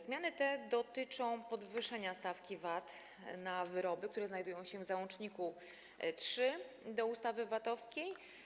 Zmiany te dotyczą podwyższenia stawki VAT na wyroby, które znajdują się w załączniku nr 3 do ustawy o VAT.